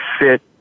sit